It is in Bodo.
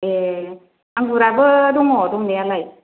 ए आंगुराबो दङ दंनायालाय